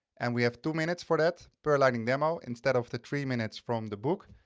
and we have two minutes for that per lighting demo instead of the three minutes from the book.